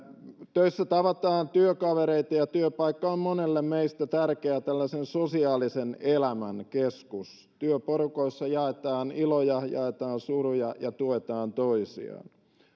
töissä tavataan työkavereita ja työpaikka on monelle meistä tärkeä tällaisen sosiaalisen elämän keskus työporukoissa jaetaan iloja jaetaan suruja ja tuetaan toisia